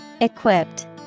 equipped